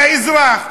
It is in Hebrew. והאזרח,